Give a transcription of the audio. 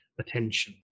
attention